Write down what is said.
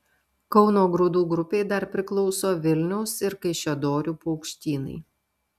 kauno grūdų grupei dar priklauso vilniaus ir kaišiadorių paukštynai